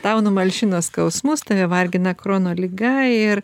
tau numalšina skausmus tave vargina krono liga ir